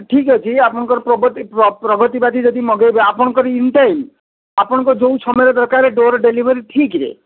ଠିକ ଅଛି ଆପଣଙ୍କର ପ୍ରଗତି ପ୍ରଗତିବାଦୀ ଯଦି ମଗେଇବେ ଆପଣଙ୍କର ଇନଟାଇମ୍ ଆପଣଙ୍କର ଯେଉଁ ସମୟରେ ଦରକାର ଡୋର ଡେଲିଭରି ଠିକରେ